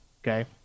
Okay